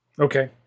Okay